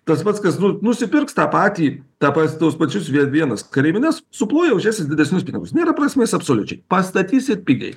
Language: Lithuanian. tas pats kas nusipirks tą patį ta pas tuos pačius vie vienas kareivines suploja už jas didesnius pinigus nėra prasmės absoliučiai pastatysit pigiai